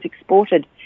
exported